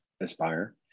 aspire